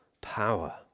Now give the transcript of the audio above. power